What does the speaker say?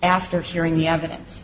after hearing the evidence